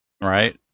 right